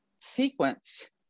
sequence